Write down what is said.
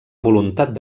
voluntat